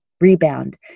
rebound